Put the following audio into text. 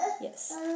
Yes